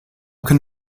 can